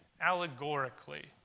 allegorically